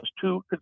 two